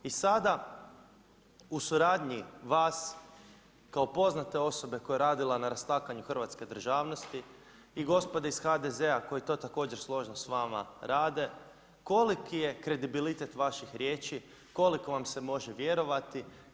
I sada, u suradnji vas, kao poznate osobe koja je radila na … hrvatske državnosti i gospode iz HDZ-a koji to također složno s vama rade, koliki je kredibilitet vaših riječi, koliko vam se može vjerovati.